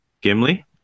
Gimli